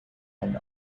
and